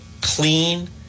clean